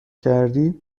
کردی